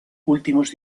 últimos